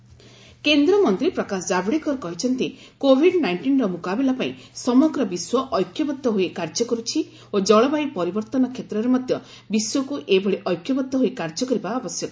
Javadekar covid କେନ୍ଦ୍ରମନ୍ତ୍ରୀ ପ୍ରକାଶ ଜାଭେଡକର କହିଛନ୍ତି covid ନାଇଣ୍ଟିନ୍ର ମୁକାବିଲା ପାଇଁ ସମଗ୍ର ବିଶ୍ୱ ଐକ୍ୟବଦ୍ଧ ହୋଇ କାର୍ଯ୍ୟ କରୁଛି ଓ ଜଳବାୟୁ ପରିବର୍ତ୍ତନ କ୍ଷେତ୍ରରେ ମଧ୍ୟ ବିଶ୍ୱକୁ ଏଭଳି ଐକ୍ୟବଦ୍ଧ ହୋଇ କାର୍ଯ୍ୟ କରିବା ଆବଶ୍ୟକ